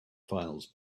files